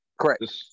Correct